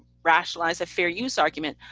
rationalize a fair use argument.